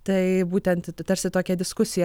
tai būtent tarsi tokią diskusiją